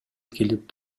келип